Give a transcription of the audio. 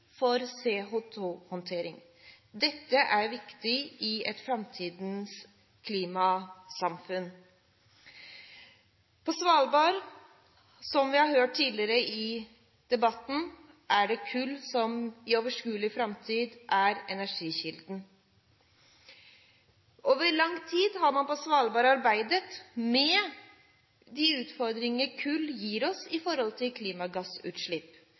for CO2-håndtering. Dette er viktig i et framtidens klimasamfunn. På Svalbard er det, som vi har hørt tidligere i debatten, kull som i uoverskuelig framtid er energikilden. Over lang tid har man på Svalbard arbeidet med de utfordringer kull gir oss med tanke på klimagassutslipp.